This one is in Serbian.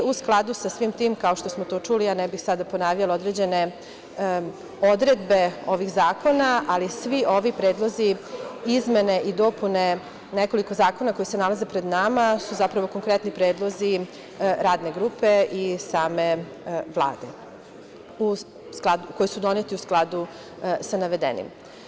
U skladu sa svim tim, kao što smo to čuli, ja ne bih sada ponavljala određene odredbe ovih zakona, ali svi ovi predlozi izmene i dopune nekoliko zakona koji se nalaze pred nama su zapravo konkretni predlozi Radne grupe i same Vlade, koji su doneti u skladu sa navedenim.